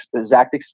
exact